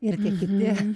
ir tie kiti